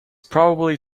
probably